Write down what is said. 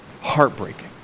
heartbreaking